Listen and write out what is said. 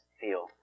feel